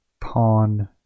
pawn